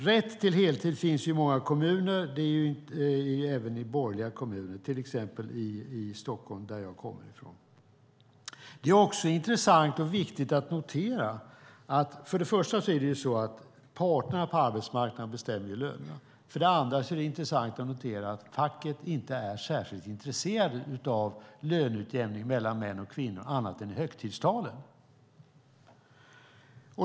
Rätt till heltid finns i många kommuner, även i borgerligt styrda kommuner, till exempel i Stockholm som jag kommer från. Det är också intressant och viktigt att för det första notera att det är parterna på arbetsmarknaden som bestämmer lönerna. För det andra är det intressant att notera att facket inte är särskilt intresserat av löneutjämning mellan män och kvinnor annat än i högtidstalen.